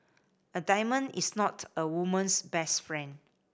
a diamond is not a woman's best friend